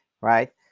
right